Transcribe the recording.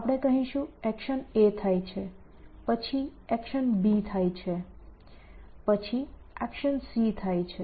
આપણે કહીશું action A થાય છે પછી એક્શન B થાય છે પછી એક્શન C થાય છે